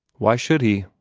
why should he?